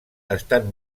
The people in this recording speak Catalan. estan